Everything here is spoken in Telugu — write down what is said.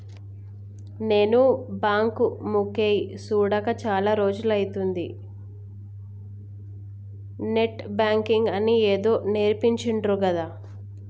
నేను బాంకు మొకేయ్ సూడక చాల రోజులైతంది, నెట్ బాంకింగ్ అని ఏదో నేర్పించిండ్రు గదా